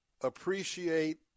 appreciate